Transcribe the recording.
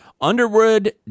Underwood